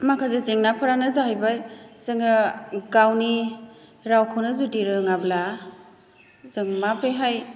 माखासे जेंनाफोरानो जाहैबाय जोङो गावनि रावखौनो जुदि रोङाब्ला जों माबोरैहाय